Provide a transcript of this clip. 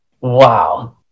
Wow